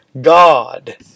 God